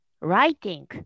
Writing